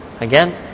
Again